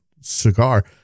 cigar